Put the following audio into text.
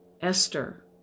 Esther